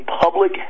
public